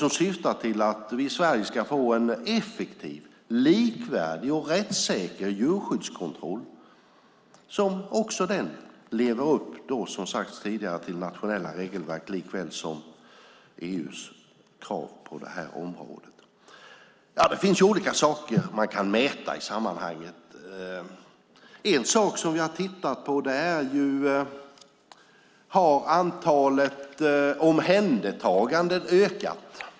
Det syftar till att vi ska få en effektiv, likvärdig och rättssäker djurskyddskontroll i Sverige som lever upp till såväl nationella regelverk som EU:s krav. Det finns en del som går att mäta på det här området, som till exempel att antalet omhändertaganden har ökat.